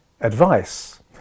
advice